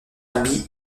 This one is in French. albi